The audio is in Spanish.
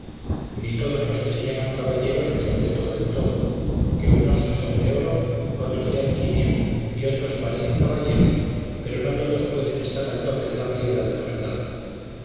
ni todos los que se llaman caballeros lo son de todo en todo que unos son de oro otros de alquimia y todos parecen caballeros pero no todos pueden estar al toque de la piedra de la verdad